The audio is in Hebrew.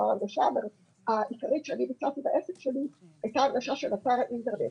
ההנגשה העיקרית שאני ביצעתי בעסק שלי הייתה הנגשה של אתר האינטרנט.